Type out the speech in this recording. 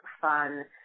fun